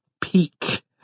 peak